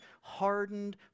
hardened